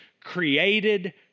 created